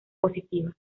positiva